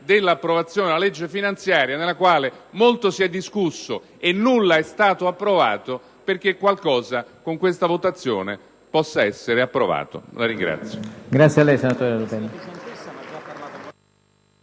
conclusiva della legge finanziaria, nella quale molto si è discusso e nulla è stato approvato, affinché qualcosa con questa votazione possa essere approvato. *(Applausi